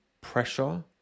pressure